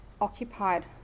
occupied